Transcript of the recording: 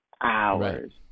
hours